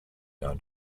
known